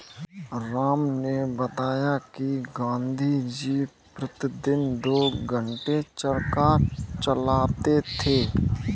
राम ने बताया कि गांधी जी प्रतिदिन दो घंटे चरखा चलाते थे